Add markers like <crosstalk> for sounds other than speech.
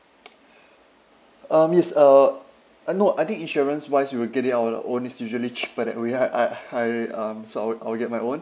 <noise> uh miss uh uh no I think insurance wise you would get it on your own it's usually cheaper that way I I <laughs> I um so I'll I'll get my own